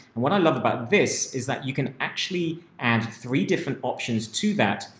and what i love about this is that you can actually add three different options to that,